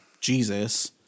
Jesus